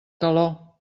calor